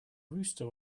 rooster